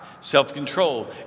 Self-control